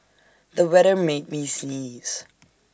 the weather made me sneeze